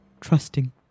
trusting